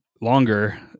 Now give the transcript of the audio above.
longer